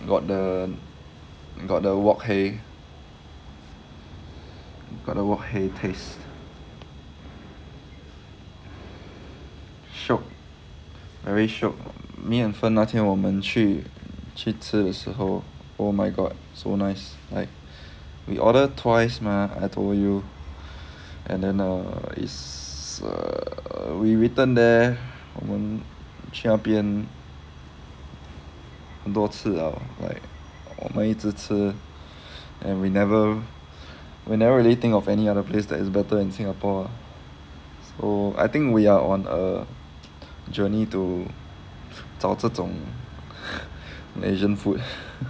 what the you got the Wok Hei got the Wok Hei taste shiok I very shiok me and fern 那天我们去去吃的时候 oh my god so nice like we order twice mah I told you and then err is err we return there 我们去那边很多次了 like 我们一直吃 and we never we never really think of any other place that is better in singapore so I think we are on a journey to 找这种 asian food